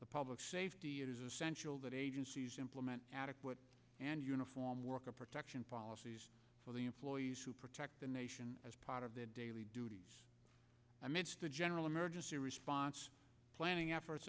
the public safety it is essential that agencies implement adequate and uniform worker protection policy for the employees who protect the nation as part of their daily duties the general emergency response planning efforts